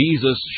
Jesus